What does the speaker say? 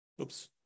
Oops